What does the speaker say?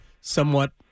somewhat